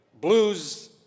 blues